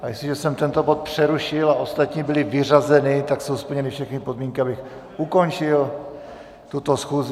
Jestliže jsem tento bod přerušil a ostatní byly vyřazeny, tak jsou splněny všechny podmínky, abych ukončil tuto schůzi.